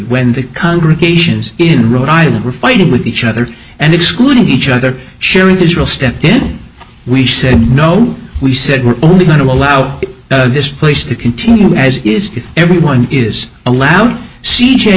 when the congregations in rhode island were fighting with each other and excluded each other sharing israel stepped in we said no we said we're only going to allow this place to continue as is everyone is allowed c